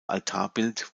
altarbild